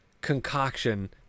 concoction